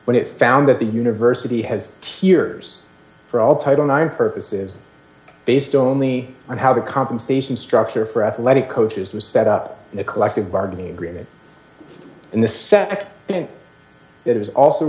when it found that the university has tiers for all title nine purposes based only on how the compensation structure for athletic coaches was set up in a collective bargaining agreement and the set it was also